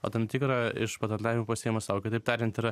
o tam tikrą iš patarnavimų pasiima sau kitaip tariant yra